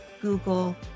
Google